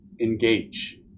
engage